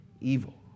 evil